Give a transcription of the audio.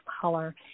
color